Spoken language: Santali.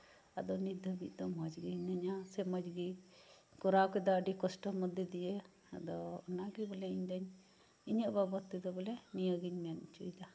ᱟᱫᱚ ᱱᱤᱛ ᱫᱷᱟᱹᱵᱤᱡ ᱛᱮᱫᱚ ᱢᱚᱸᱡᱽ ᱜᱮ ᱦᱤᱱᱟᱹᱧᱟ ᱥᱮ ᱢᱚᱸᱡᱽ ᱜᱮᱧ ᱠᱚᱨᱟᱣ ᱠᱟᱫᱟ ᱟᱹᱰᱤ ᱠᱚᱥᱴᱚ ᱢᱚᱫᱽᱫᱷᱚ ᱫᱤᱭᱮ ᱟᱫᱚ ᱚᱱᱟ ᱜᱮ ᱵᱚᱞᱮ ᱤᱧ ᱫᱚᱧ ᱤᱧᱟᱹᱜ ᱵᱟᱵᱚᱫ ᱛᱮᱫᱚ ᱱᱤᱭᱟᱹ ᱜᱮᱧ ᱢᱮᱱ ᱦᱚᱪᱚᱭᱮᱫᱟ